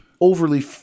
overly